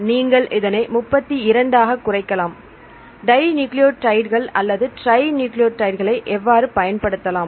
நீங்கள் இதனை 32 ஆக குறைக்கலாம் டைநியூக்ளியோடைடுகள் அல்லது ட்ரைநியூக்ளியோடைட்களை எவ்வாறு பயன்படுத்தலாம்